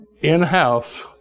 in-house